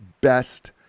best